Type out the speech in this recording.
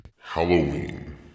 Halloween